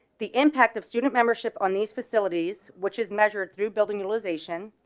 the impact of student membership on these facilities, which is measured through building relation,